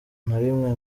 rimwe